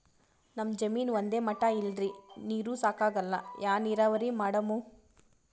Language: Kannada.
ನಮ್ ಜಮೀನ ಒಂದೇ ಮಟಾ ಇಲ್ರಿ, ನೀರೂ ಸಾಕಾಗಲ್ಲ, ಯಾ ನೀರಾವರಿ ಮಾಡಮು?